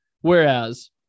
whereas